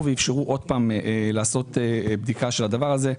ואפשרו עוד פעם לעשות בדיקה של הדבר הזה,